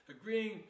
agreeing